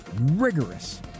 rigorous